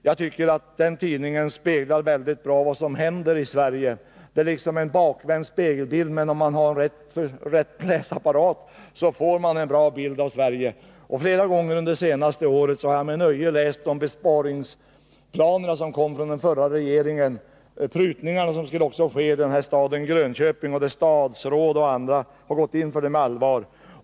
Jag tycker att den tidningen väldigt bra speglar vad som händer i Sverige. Det blir en bakvänd spegelbild, men om man har rätt läsapparat får man en bra bild av Sverige. Flera gånger under det senaste året har jag med nöje läst om de besparingsplaner som kom från den förra regeringen. De skulle också genomföras i staden Grönköping, och de styrande där har med allvar gått in för uppgiften.